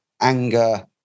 anger